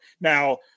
Now